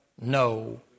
no